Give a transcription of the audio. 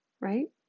right